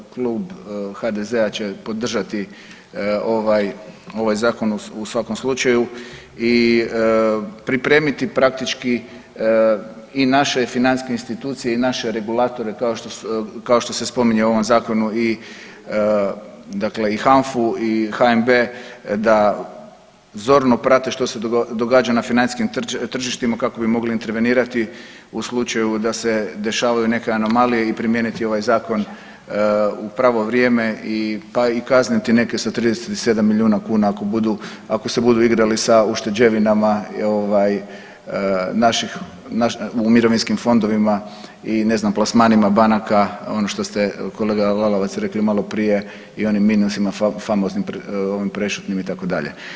Klub HDZ-a će podržati ovaj zakon u svakom slučaju i pripremiti praktički i naše financijske institucije i naše regulatore kao što se spominje u ovom zakonu, dakle i HANF-u i HNB da zorno prate što se događa na financijskim tržištima kako bi mogli intervenirati u slučaju da se dešavaju neke anomalije i primijeniti ovaj zakon u pravo vrijeme, pa i kazniti neke sa 37 milijuna kuna ako se budu igrali sa ušteđevinama u mirovinskim fondovima i ne znam plasmanima banaka ono što ste kolega Lalovac rekli malo prije i onim minusima famoznim onim prešutnim itd.